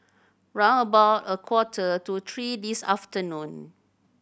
round about a quarter to three this afternoon